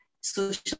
social